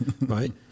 right